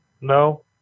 No